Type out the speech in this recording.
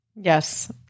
Yes